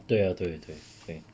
对啊对对对